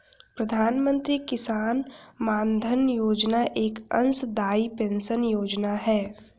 प्रधानमंत्री किसान मानधन योजना एक अंशदाई पेंशन योजना है